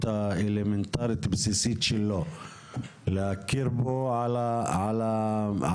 האלמנטרית הבסיסית שלו להכיר בו על המפה.